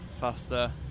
faster